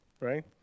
right